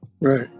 Right